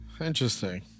Interesting